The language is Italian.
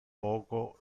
poco